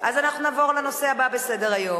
אז אנחנו נעבור לנושא הבא בסדר-היום.